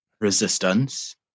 resistance